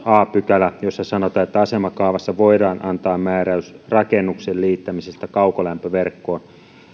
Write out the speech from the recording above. a pykälästä jossa sanotaan että asemakaavassa voidaan antaa määräys rakennuksen liittämisestä kaukolämpöverkkoon